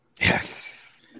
Yes